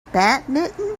badminton